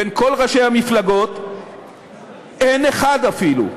בין כל ראשי המפלגות אין אחד אפילו,